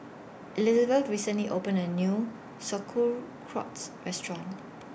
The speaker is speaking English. Elizabeth recently opened A New Sauerkraut's Restaurant